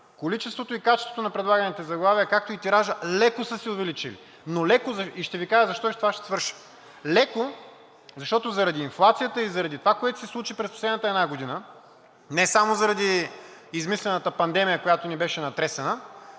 количеството и качеството на предлаганите заглавия, както и тиражът леко са се увеличили, но леко и ще Ви кажа защо и с това ще свърша. Леко, защото заради инфлацията и заради това, което се случи през последната една година не само заради измислената пандемия, която ни беше натресена,